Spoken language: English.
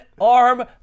arm